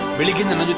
religion.